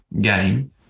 game